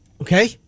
Okay